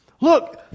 Look